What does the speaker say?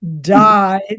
died